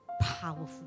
powerful